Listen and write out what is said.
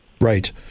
Right